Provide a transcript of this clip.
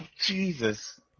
Jesus